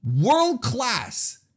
world-class